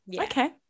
Okay